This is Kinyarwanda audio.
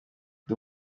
ndi